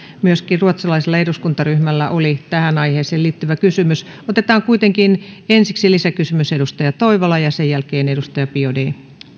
myöskin ruotsalaisella eduskuntaryhmällä oli tähän aiheeseen liittyvä kysymys otetaan kuitenkin ensiksi lisäkysymys edustaja toivola ja sen jälkeen edustaja biaudet